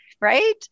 right